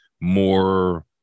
more